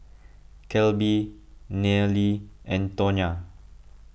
Kelby Nealy and Tawnya